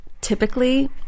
Typically